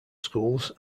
schools